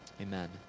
Amen